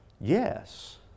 Yes